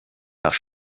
nach